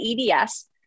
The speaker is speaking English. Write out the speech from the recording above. EDS